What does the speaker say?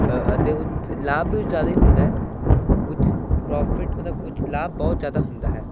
ਅਤੇ ਉਹ 'ਚ ਲਾਭ ਵੀ ਜ਼ਿਆਦਾ ਹੀ ਹੁੰਦਾ ਉਹ 'ਚ ਪ੍ਰੋਫਿਟ ਮਤਲਬ ਉਹ 'ਚ ਲਾਭ ਬਹੁਤ ਜ਼ਿਆਦਾ ਹੁੰਦਾ ਹੈ